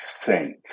saint